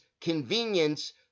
convenience